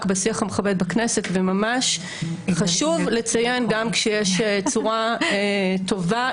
בשיח המכובד בכנסת וממש חשוב לציין גם כשיש צורה טובה,